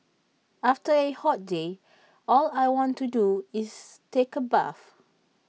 after A hot day all I want to do is take A bath